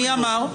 מי אמר?